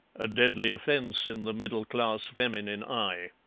a deadly offence in the middle-class feminine eye.